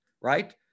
right